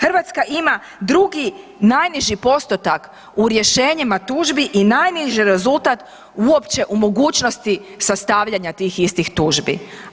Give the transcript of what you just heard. Hrvatska ima drugi najniži postotak u rješenjima tužbi i najniži rezultat uopće u mogućnosti sastavljanja tih istih tužbi.